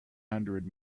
hundred